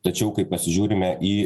tačiau kai pasižiūrime į